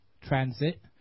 transit